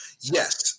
Yes